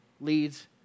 leads